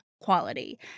quality